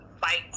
fight